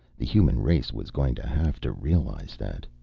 the human race was going to have to realize that.